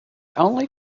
only